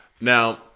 Now